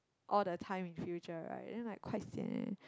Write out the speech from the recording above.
all the time in future right then like quite sian already